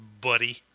buddy